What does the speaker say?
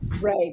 Right